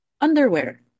Underwear